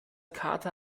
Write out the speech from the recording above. kater